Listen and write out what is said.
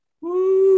Woo